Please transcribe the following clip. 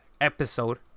episode